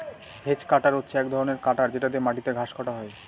hedge cutter হচ্ছে এক ধরনের কাটার যেটা দিয়ে মাটিতে ঘাস কাটা হয়